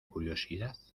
curiosidad